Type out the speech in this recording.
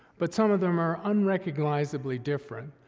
but some of them are unrecognizably different.